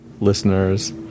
listeners